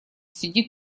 сидит